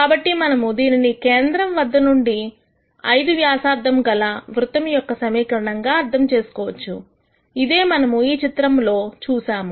కాబట్టి మనము దీనిని కేంద్రం వద్ద నుండి 5 వ్యాసార్థం గల వృత్తం యొక్క సమీకరణం గా అర్థం చేసుకోవచ్చు ఇదే మనము ఈ చిత్రంలో చూసాము